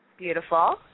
Beautiful